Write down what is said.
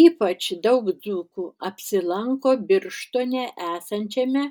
ypač daug dzūkų apsilanko birštone esančiame